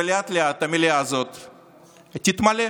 ולאט-לאט המליאה הזאת תתמלא.